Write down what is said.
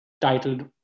titled